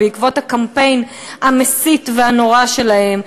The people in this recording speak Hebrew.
בעקבות הקמפיין המסית והנורא שלהם,